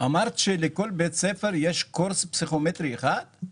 אמרת שלכל בית ספר יש קורס פסיכומטרי אחד?